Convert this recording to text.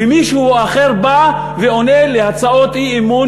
ומישהו אחר בא ועונה על הצעות אי-אמון